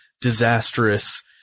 disastrous